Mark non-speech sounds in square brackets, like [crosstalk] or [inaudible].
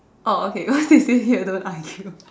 oh okay cause they say here don't argue [laughs]